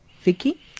Vicky